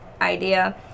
idea